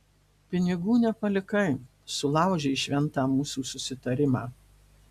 pinigų nepalikai sulaužei šventą mūsų susitarimą